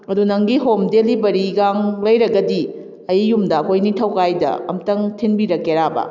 ꯑꯗꯨ ꯅꯪꯒꯤ ꯍꯣꯝ ꯗꯦꯂꯤꯚꯔꯤꯒꯥꯡ ꯂꯩꯔꯒꯗꯤ ꯑꯩ ꯌꯨꯝꯗ ꯑꯩꯈꯣꯏ ꯅꯤꯡꯊꯧꯀꯥꯏꯗ ꯑꯝꯇꯪ ꯊꯤꯟꯕꯤꯔꯛꯀꯦꯔꯕ